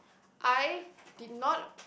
I did not